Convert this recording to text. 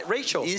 Rachel